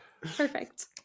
Perfect